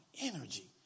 Energy